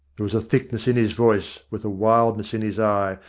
there was a thickness in his voice, with a wildness in his eye,